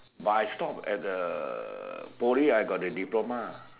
but I stop at the Poly I got the diploma